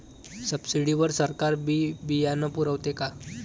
Subsidy वर सरकार बी बियानं पुरवते का?